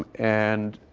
and,